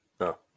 No